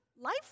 life